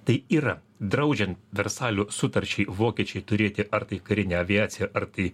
tai yra draudžiant versalio sutarčiai vokiečiui turėti ar tai karinę aviaciją ar kai